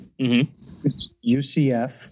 UCF